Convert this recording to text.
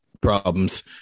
problems